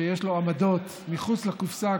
שיש לו עמדות מחוץ לקופסה,